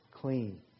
clean